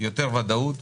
יותר ודאות,